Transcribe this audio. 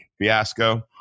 fiasco